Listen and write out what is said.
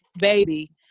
Baby